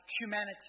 humanity